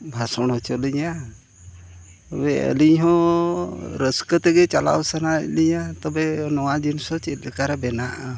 ᱵᱷᱟᱥᱚᱱ ᱦᱚᱪᱚᱞᱤᱧᱟ ᱛᱚᱵᱮ ᱟᱹᱞᱤᱧ ᱦᱚᱸ ᱨᱟᱹᱥᱠᱟᱹ ᱛᱮᱜᱮ ᱪᱟᱞᱟᱣ ᱥᱟᱱᱟᱭᱮᱫ ᱞᱤᱧᱟ ᱛᱚᱵᱮ ᱱᱚᱣᱟ ᱡᱤᱱᱤᱥ ᱠᱚ ᱪᱮᱫ ᱞᱮᱠᱟᱨᱮ ᱵᱮᱱᱟᱜᱼᱟ